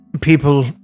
people